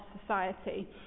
society